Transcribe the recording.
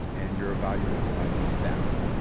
and you're evaluated by the staff,